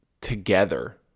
together